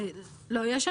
למה לא ייהנו